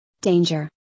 danger